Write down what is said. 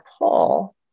pull